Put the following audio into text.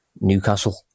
Newcastle